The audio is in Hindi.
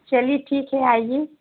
चलिए ठीक है आइये